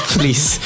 please